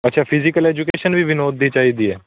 ਅੱਛਾ physical education ਵੀ ਵਿਨੋਦ ਦੀ ਚਾਹੀਦੀ ਹੈ